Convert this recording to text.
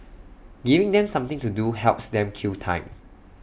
giving them something to do helps them kill time